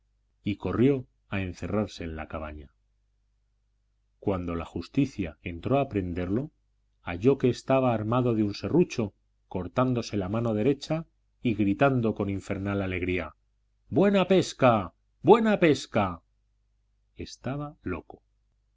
y corrió a encerrarse en la cabaña cuando la justicia entró a prenderlo halló que estaba armado de un serrucho cortándose la mano derecha y gritando con infernal alegría buena pesca buena pesca estaba loco